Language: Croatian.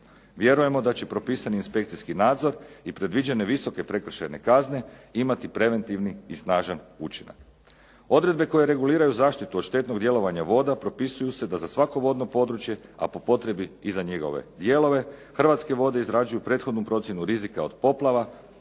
Vjerujemo da će propisani inspekcijski nadzor i predviđene visoke prekršajne kazne imati preventivni i snažan učinak. Odredbe koje reguliraju zaštitu od štetnog djelovanja voda propisuju se da za svako vodno područje, a po potrebi i za njegove dijelove Hrvatske vode izrađuju prethodnu procjenu rizika od poplava,